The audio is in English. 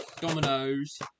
Dominoes